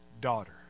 daughter